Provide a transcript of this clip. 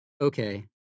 Okay